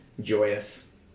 joyous